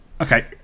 Okay